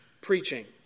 preaching